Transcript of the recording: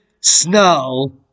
snow